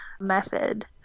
method